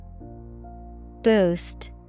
Boost